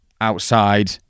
outside